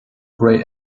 grey